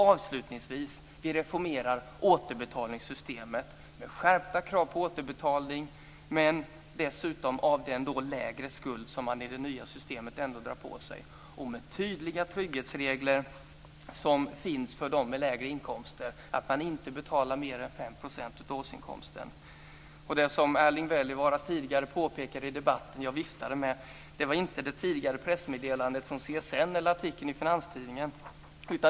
Avslutningsvis det femte: Vi reformerar återbetalningssystemet med skärpta krav på återbetalning, dessutom av den lägre skuld som man i det nya systemet ändå drar på sig. Det finns också tydliga trygghetsregler för dem med lägre inkomster. Man betalar inte mer än 5 % av årsinkomsten. Det som Erling Wälivaara tidigare påpekade att jag viftade med i debatten var inte det tidigare pressmeddelandet från CSN eller artikeln i Finanstidningen.